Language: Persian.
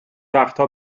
وقتها